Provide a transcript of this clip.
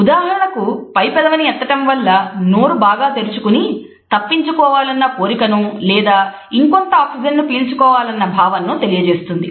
ఉదాహరణకు పై పెదవిని ఎత్తటం వల్ల నోరు బాగా తెరుచుకుని తప్పించుకోవాలన్న కోరికను లేదా ఇంకొంత ఆక్సిజన్ ను పీల్చుకోవాలి అన్న భావనను తెలియజేస్తుంది